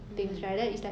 mm